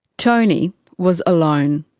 tony was alone.